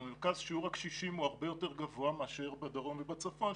במרכז שיעור הקשישים הוא הרבה יותר גבוה מאשר בדרום ובצפון.